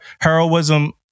heroism